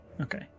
Okay